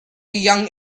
young